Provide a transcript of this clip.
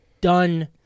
done